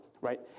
right